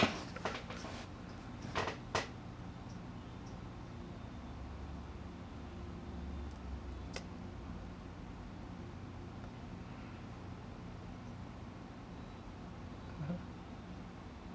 (uh huh)